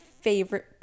favorite